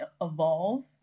evolve